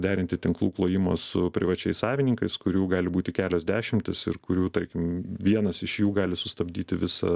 derinti tinklų klojimo su privačiais savininkais kurių gali būti kelios dešimtys ir kurių tarkim vienas iš jų gali sustabdyti visą